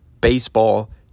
Baseball